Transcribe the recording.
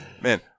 Man